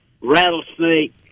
rattlesnake